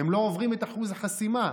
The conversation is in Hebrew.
הם לא עוברים את אחוז החסימה.